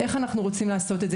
איך אנחנו רוצים לעשות את זה?